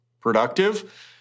productive